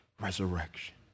resurrection